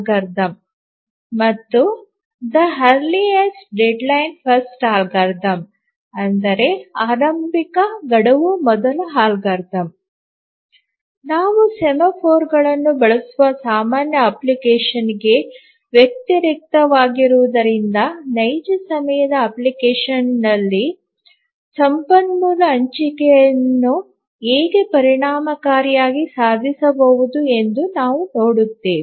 ತದನಂತರ ಸಂಪನ್ಮೂಲ ಹಂಚಿಕೆ ಹೇಗೆ ಪರಿಣಾಮಕಾರಿಯಾಗಿರುತ್ತದೆ ಎಂದು ನಾವು ನೋಡುತ್ತೇವೆ ಸಾಮಾನ್ಯ ಅಪ್ಲಿಕೇಶನ್ಗೆ ವ್ಯತಿರಿಕ್ತವಾಗಿರುವ ಕಾರಣ ನೈಜ ಸಮಯದ ಅಪ್ಲಿಕೇಶನ್ನಲ್ಲಿ ಸಾಧಿಸಲಾಗುತ್ತದೆ ಅಲ್ಲಿ ನಾವು ಸೆಮಾಫೋರ್ಗಳನ್ನು ಬಳಸುತ್ತೇವೆ ನಾವು ಸೆಮಾಫೋರ್ಗಳನ್ನು ಬಳಸುವ ಸಾಮಾನ್ಯ ಅಪ್ಲಿಕೇಶನ್ಗೆ ವ್ಯತಿರಿಕ್ತವಾಗಿರುವುದರಿಂದ ನೈಜ ಸಮಯದ ಅಪ್ಲಿಕೇಶನ್ನಲ್ಲಿ resource sharing ಸಂಪನ್ಮೂಲ ಹಂಚಿಕೆಯನ್ನು ಹೇಗೆ ಪರಿಣಾಮಕಾರಿಯಾಗಿ ಸಾಧಿಸಬಹುದು ಎಂದು ನಾವು ನೋಡುತ್ತೇವೆ